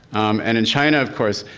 and in china, of course,